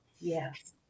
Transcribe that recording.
yes